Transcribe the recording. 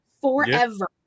forever